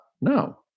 No